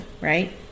right